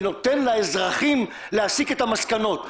ונותן לאזרחים להסיק את המסקנות.